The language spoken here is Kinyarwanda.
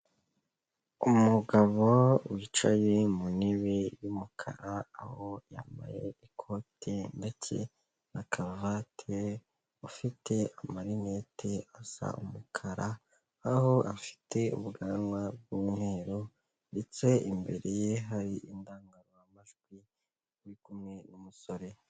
Umugabo wicaye mu ntebe y'umukara aho yambaye ikote ndetse na karuvati, ufite amarineti asa umukara, aho afite ubwanwa bw'umweru ndetse imbere ye hari indangururamajwi uri kumwe n'umusore.